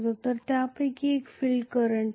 तर त्यापैकी एक फील्ड करंट होते